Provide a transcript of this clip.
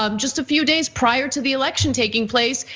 um just a few days prior to the election taking place,